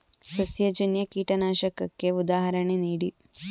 ಸಸ್ಯಜನ್ಯ ಕೀಟನಾಶಕಕ್ಕೆ ಉದಾಹರಣೆ ನೀಡಿ?